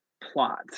plot